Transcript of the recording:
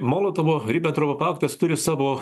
molotovo ribentropo paktas turi savo